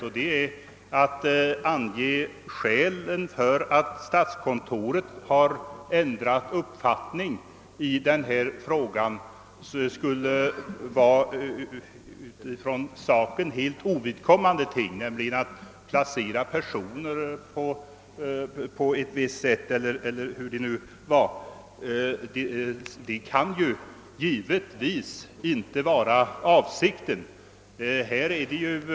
Det gjordes gällande att skälen för att statskontoret har ändrat uppfattning i denna fråga skulle vara för saken helt ovidkommande förhållanden, nämligen en önskan att underlätta vissa personalplaceringar. Detta kan givetvis inte vara avsikten med statskontorets ändrade ståndpunkt.